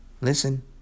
Listen